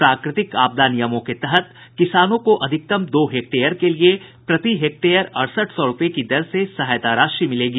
प्राकृतिक आपदा नियमों के तहत किसानों को अधिकतम दो हेक्टेयर के लिए प्रति हेक्टेयर अड़सठ सौ रूपये की दर से सहायता राशि मिलेगी